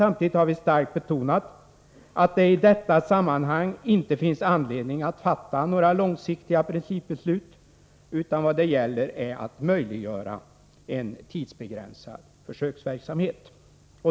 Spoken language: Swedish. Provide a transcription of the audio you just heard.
Samtidigt har vi starkt betonat att det i detta sammanhang inte finns anledning att fatta några långsiktiga principbeslut. Vad det gäller är att möjliggöra en tidsbegränsad försöksverksamhet.